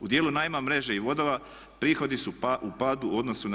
U dijelu najma mreže i vodova prihodi su u padu u odnosu na